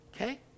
Okay